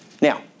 Now